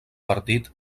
partit